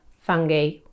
fungi